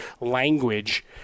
language